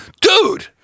dude